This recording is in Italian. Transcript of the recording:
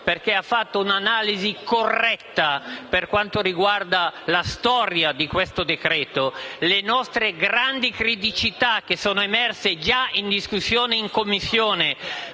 perché ha fatto un'analisi corretta per quanto riguarda la storia di questo decreto-legge. Viste le grandi criticità che sono già emerse nella discussione in Commissione,